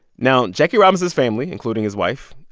now, jackie robinson's family, including his wife,